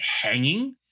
hanging